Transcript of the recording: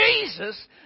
Jesus